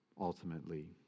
Ultimately